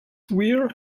weir